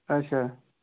اچھا